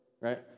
right